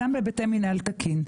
וגם בהיבטי מינהל תקין.